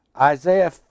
Isaiah